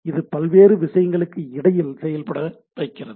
இது பல்வேறு விஷயங்களுக்கு இடையில் செயல்பட வைக்கிறது